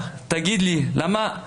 הם אמרו